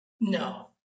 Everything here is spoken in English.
No